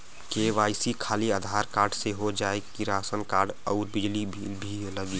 KYC खाली Aadhaar card से हो जाए कि राशन कार्ड अउर बिजली बिल भी लगी?